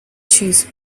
cheese